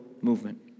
movement